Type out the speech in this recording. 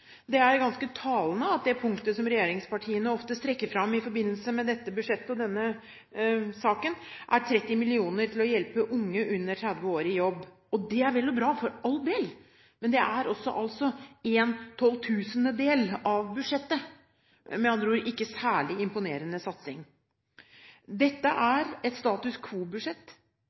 Det er ganske talende at det punktet som regjeringspartiene oftest trekker fram i forbindelse med dette budsjettet og denne saken, er 30 mill. kr til å hjelpe unge under 30 år i jobb. Det er vel og bra – for all del. Men det er altså en tolvtusendel av budsjettet – med andre ord ikke en særlig imponerende satsning. Dette er et status